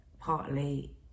partly